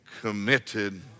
committed